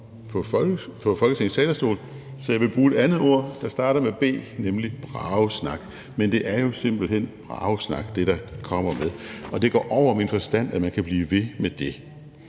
fra Folketingets talerstol, så jeg vil bruge et andet ord, der starter med B, nemlig »bragesnak«, men det er jo simpelt hen bragesnak, der kommer, og det går over min forstand, at man kan blive ved med det.